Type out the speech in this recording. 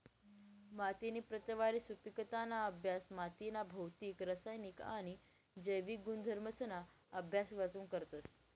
मातीनी प्रतवारी, सुपिकताना अभ्यास मातीना भौतिक, रासायनिक आणि जैविक गुणधर्मसना अभ्यास वरथून करतस